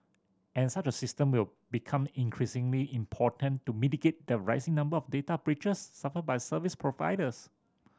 and such a system will become increasingly important to mitigate the rising number of data breaches suffered by service providers